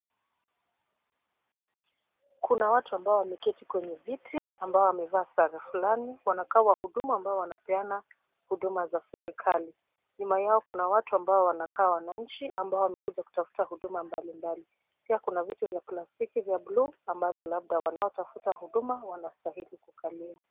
Kuna watu ambao wameketi kwenye viti, ambao wamevaa sare fulani, wanakaa wahudumu ambao wanapenda huduma za serikali. Nyuma yao kuna watu ambao wanakaa wananchi, ambao wamekuja kutafuta huduma mbalimbali. Pia kuna vitu vya plastiki vya buluu ambavyo labda wanaotafuta huduma wanastahili kukalia.